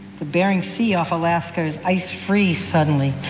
the bering sea off alaska is ice free suddenly,